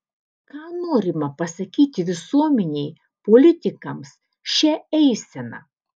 ką norima pasakyti visuomenei politikams šia eisena